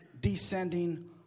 descending